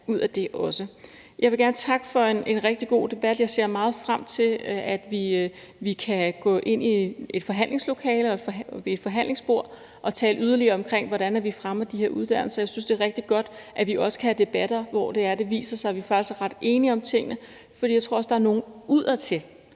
Jeg vil gerne takke for en rigtig god debat. Jeg ser meget frem til, at vi kan gå ind i et forhandlingslokale og ved et forhandlingsbord tale yderligere om, hvordan vi fremmer de her uddannelser, og jeg synes også, det er rigtig godt, at vi kan have debatter, hvor det faktisk viser sig, at vi er ret enige om tingene. For jeg tror faktisk også, der sidder nogle